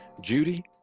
Judy